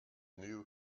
new